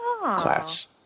class